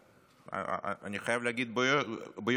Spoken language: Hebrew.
אני חייב להגיד ביושר רב,